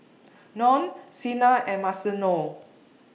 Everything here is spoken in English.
Lorne Sena and Marcello